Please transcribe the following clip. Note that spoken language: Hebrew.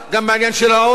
גם בעניין של העוני,